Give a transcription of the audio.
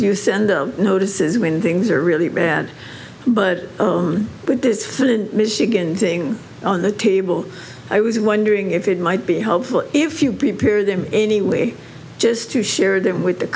you send them notices when things are really bad but with this flint michigan thing on the table i was wondering if it might be hopeful if you prepare them anyway just to share them with the